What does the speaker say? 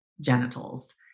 genitals